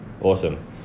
awesome